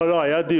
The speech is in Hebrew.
לא, לא, היה דיון.